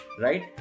right